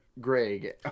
Greg